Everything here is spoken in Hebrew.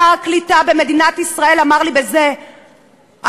שר הקליטה במדינת ישראל אמר לי בזה הטון: